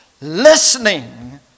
listening